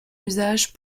usage